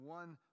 one